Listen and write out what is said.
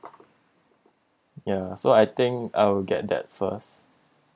ya so I think I will get that first